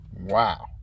Wow